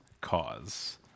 cause